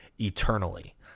eternally